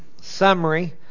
summary